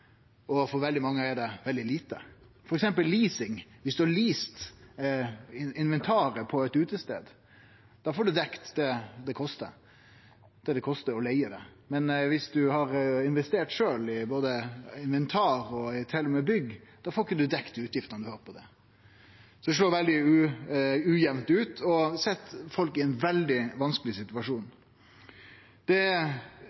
og for veldig mange er det veldig lite. Ta f.eks. leasing. Viss ein har leasa inventaret på ein utestad, får ein dekt det det kostar å leige det. Men viss ein har investert sjølv i både inventar og til og med bygg, får ein ikkje dekt utgiftene ein har på det. Det slår veldig ujamt ut og set folk i ein veldig vanskeleg situasjon.